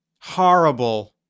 horrible